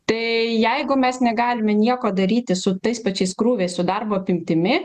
tai jeigu mes negalime nieko daryti su tais pačiais krūviais su darbo apimtimi